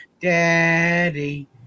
Daddy